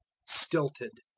stilted.